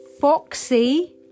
Foxy